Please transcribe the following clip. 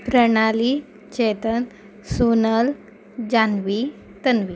प्रणाली चेतन सोनल जानवी तन्वी